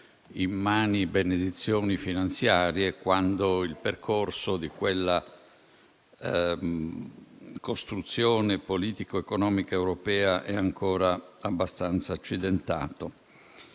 immani benedizioni finanziarie - quando il percorso di quella costruzione politico economica europea è ancora abbastanza accidentato.